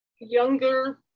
younger